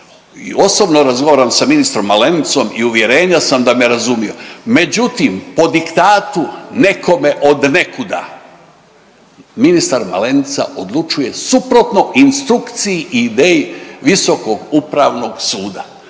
osobno razgovaram sa ministrom Malenicom i uvjerenja sam da me razumio. Međutim po diktatu nekome od nekuda ministar Malenica odlučuje suprotno instrukciji i ideji Visokog upravnog suda.